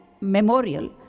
memorial